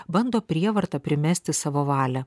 bando prievarta primesti savo valią